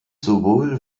sowohl